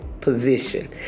position